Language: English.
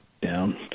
down